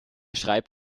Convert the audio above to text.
schreibt